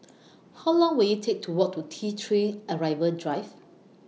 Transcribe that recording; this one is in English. How Long Will IT Take to Walk to T three Arrival Drive